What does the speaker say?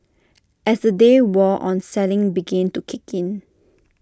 as the day wore on selling begin to kick in